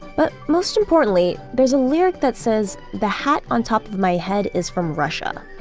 but most importantly, there is a lyric that says, the hat on top of my head is from russia.